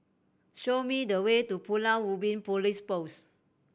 show me the way to Pulau Ubin Police Post